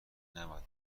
نباید